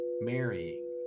marrying